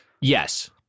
Yes